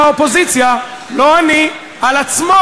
לא אני העדתי,